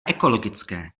ekologické